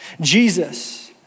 Jesus